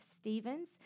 stevens